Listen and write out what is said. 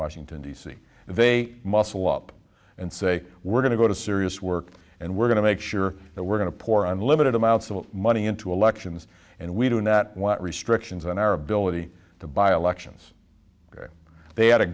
washington d c they muscle up and say we're going to go to serious work and we're going to make sure that we're going to pour unlimited amounts of money into elections and we don't that what restrictions on our ability to buy elections they had a